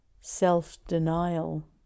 self-denial